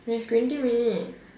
we have twenty minute